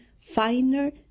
finer